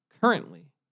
currently